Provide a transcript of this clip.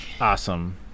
Awesome